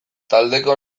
taldeko